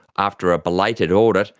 after a belated audit,